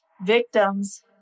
Victims